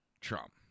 Trump